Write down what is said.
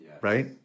right